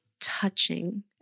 touching